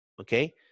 okay